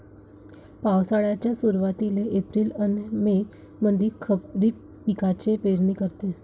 पावसाळ्याच्या सुरुवातीले एप्रिल अन मे मंधी खरीप पिकाची पेरनी करते